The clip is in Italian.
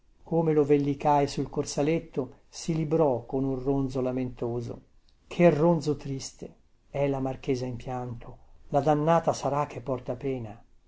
come lo vellicai sul corsaletto si librò con un ronzo lamentoso che ronzo triste è la marchesa in pianto la dannata sarà che porta pena